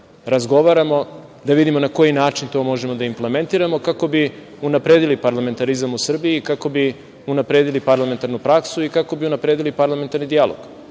razgovaramo i da vidimo na koji način to možemo da implementiramo kako bi unapredili parlamentarizam u Srbiji i kako bi unapredili parlamentarnu praksu i kako bi unapredili parlamentarni dijalog. Mi